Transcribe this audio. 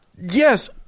yes